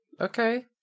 Okay